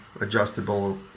adjustable